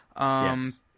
Yes